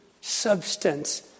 substance